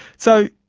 so,